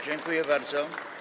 Dziękuję bardzo.